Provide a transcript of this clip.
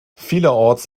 vielerorts